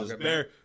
Bear